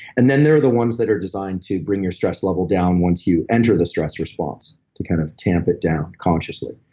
and then there are the ones that are designed to bring your stress level down once you enter the stress response, to kind of tamp it down consciously.